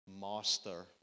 master